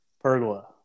pergola